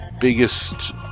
biggest